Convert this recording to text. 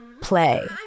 play